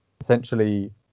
essentially